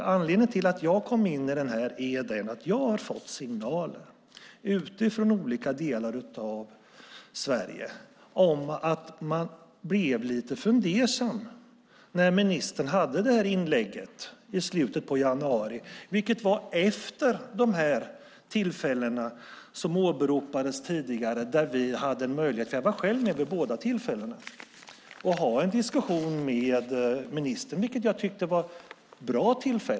Anledningen till att jag kom in i detta är att jag har fått signaler från olika delar av Sverige om att man blev lite fundersam när ministern hade det här inlägget i slutet av januari, vilket var efter de tillfällen som åberopades tidigare där vi hade möjlighet - jag var själv med vid båda tillfällena - att ha en diskussion med ministern, vilket jag tyckte var bra.